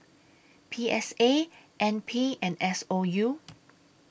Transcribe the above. P S A N P and S O U